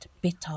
bitter